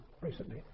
recently